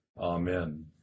Amen